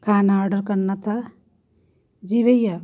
खाना आर्डर करना था जी भैया